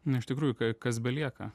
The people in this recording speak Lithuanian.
na iš tikrųjų ka kas belieka